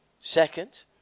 second